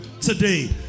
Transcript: today